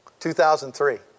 2003